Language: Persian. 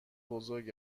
بزرگ